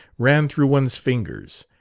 ran through one's fingers.